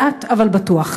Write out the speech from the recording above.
לאט אבל בטוח,